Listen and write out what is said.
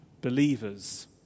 believers